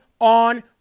on